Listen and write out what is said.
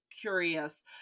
curious